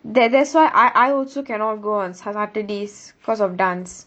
tha~ that's why I I also cannot go on sa~ saturdays because of dance